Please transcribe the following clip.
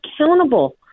accountable